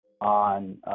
on